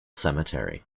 cemetery